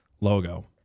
Logo